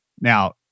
Now